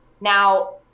Now